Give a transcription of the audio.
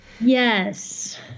Yes